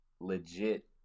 legit